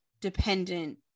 dependent